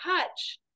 touch